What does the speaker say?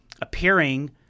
appearing